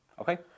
Okay